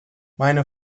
meine